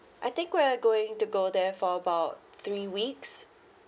I think we're going to go there for about three weeks